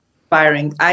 inspiring